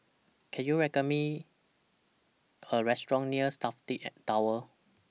Can YOU Me A Restaurant near Safti At Tower